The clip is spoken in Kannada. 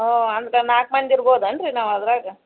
ಹೋ ಅಂದ್ರ ನಾಲ್ಕು ಮಂದಿ ಇರ್ಬೋದೇನೋ ರೀ ನಾವು ಅದರಾಗ